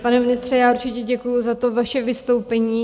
Pane ministře, já určitě děkuju za to vaše vystoupení.